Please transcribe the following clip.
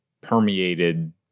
permeated